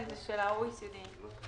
של ה-OECD,